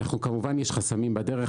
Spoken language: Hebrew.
כמובן שיש חסמים בדרך,